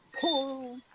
pull